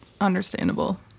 understandable